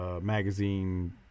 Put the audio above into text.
magazine